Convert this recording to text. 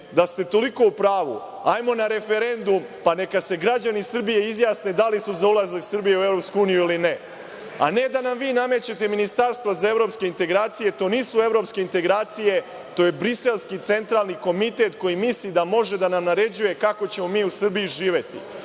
da ste toliko u pravu, hajmo na referendum, pa neka se građani Srbije izjasne da li su za ulazak Srbije u EU ili ne, a ne da nam vi namećete ministarstva za evropske integracije. To nisu evropske integracije, to je briselski centralni komitet koji misli da može da nam naređuje kako ćemo mi u Srbiji živeti. Ne,